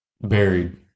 Buried